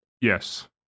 Yes